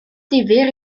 difyr